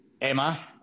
emma